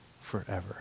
forever